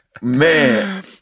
Man